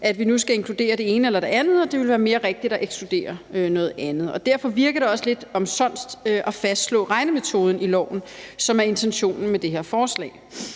at vi nu skal inkludere det ene eller det andet, og at det ville være mere rigtigt at ekskludere noget andet. Derfor virker det også lidt omsonst at fastslå regnemetoden i loven, som er intentionen med det her forslag.